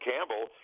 Campbell